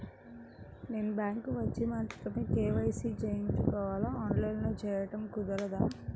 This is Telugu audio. నేను బ్యాంక్ వచ్చి మాత్రమే కే.వై.సి చేయించుకోవాలా? ఆన్లైన్లో చేయటం కుదరదా?